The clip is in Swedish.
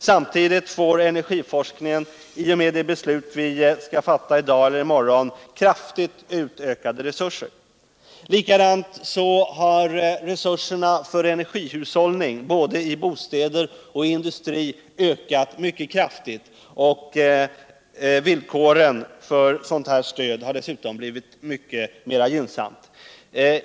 Samtidigt får energiforskningen i och med det beslut vi skall fatta i dag eller i morgon kraftigt utökade resurser. Energiforskning, Likadant har resurserna för energihushållning i både bostäder och industri ökat mycket kraftigt, och villkoren för sådant stöd har desutom blivit mycket mera gynnsamma.